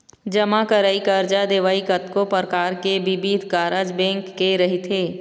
जमा करई, करजा देवई, कतको परकार के बिबिध कारज बेंक के रहिथे